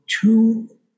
two